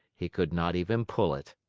he could not even pull it.